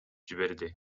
жиберди